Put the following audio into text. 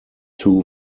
two